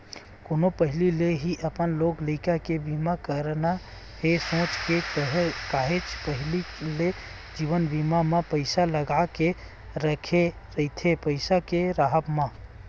कोनो पहिली ले ही अपन लोग लइका के बिहाव करना हे सोच के काहेच पहिली ले जीवन बीमा म पइसा लगा के रखे रहिथे पइसा के राहब म